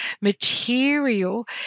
material